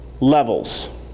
levels